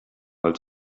als